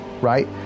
right